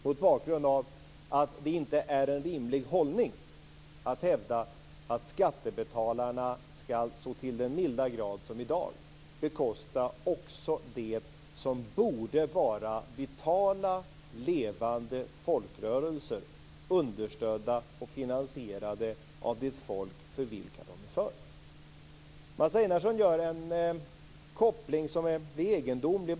Mot bakgrund av att det inte är en rimlig hållning att hävda att skattebetalarna så till den milda grad som i dag skall bekosta också det som borde vara vitala levande folkrörelser understödda och finansierade av det folk för vilka de är för. Mats Einarsson för en egendomlig koppling.